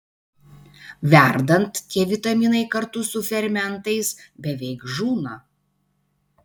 verdant tie vitaminai kartu su fermentais beveik žūna